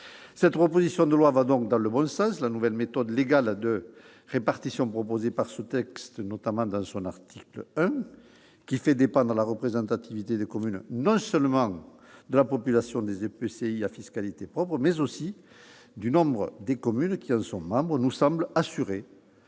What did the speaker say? Cette proposition de loi va donc dans le bon sens. La nouvelle méthode légale de répartition proposée au travers de ce texte, notamment par le biais du dispositif de son article 1, qui fait dépendre la représentation des communes non seulement de la population de l'EPCI à fiscalité propre, mais aussi du nombre de communes membres, nous semble assurer